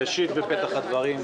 ראשית בפתח הדברים,